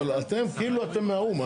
אבל אתם כאילו אתם מהאו"ם,